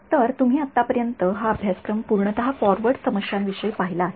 तर तुम्ही आतापर्यंत हा अभ्यासक्रम पूर्णतः फॉरवर्ड समस्यांविषयी पाहिला आहे